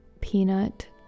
peanut